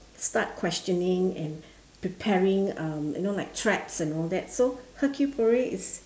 start questioning and preparing um you know like traps and all that so hercule-poirot is